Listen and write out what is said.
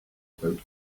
about